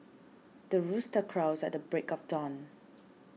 the rooster crows at the break of dawn